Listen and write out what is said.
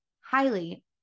highly